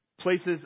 places